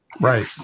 Right